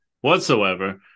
whatsoever